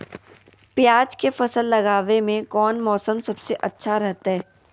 प्याज के फसल लगावे में कौन मौसम सबसे अच्छा रहतय?